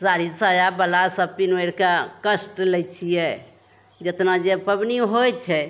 साड़ी साया वला सब पिन्ह ओढ़िके कष्ट लै छियै जेतना जे पाबनि होइ छै